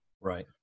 Right